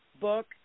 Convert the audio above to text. book